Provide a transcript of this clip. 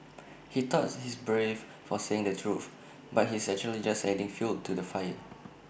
he thought he's brave for saying the truth but he's actually just adding fuel to the fire